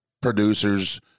producers